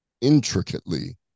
intricately